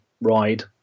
ride